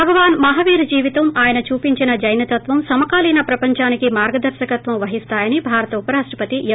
భగవాస్ మహావీర్ జీవితం ఆయన చూపించిన జైనతత్వం సమకాలీన ప్రపంచానికి మార్గదర్రకత్వం వహిస్తాయని భారత ఉపరాష్షపతి ఎం